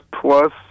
plus